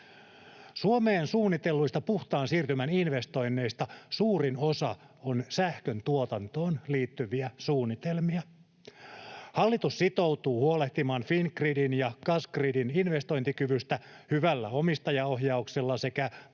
Suomeen suunnitelluista puhtaan siirtymän investoinneista suurin osa on sähköntuotantoon liittyviä suunnitelmia. Hallitus sitoutuu huolehtimaan Fingridin ja Gasgridin investointikyvystä hyvällä omistajaohjauksella sekä